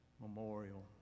Memorial